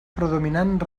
predominant